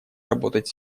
работать